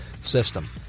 system